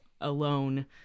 alone